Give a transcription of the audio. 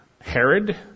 Herod